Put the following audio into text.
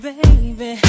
Baby